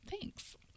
Thanks